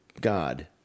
god